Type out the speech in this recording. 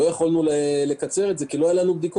ולא יכולנו לקצר את זה כי לא היו לנו בדיקות.